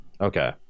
Okay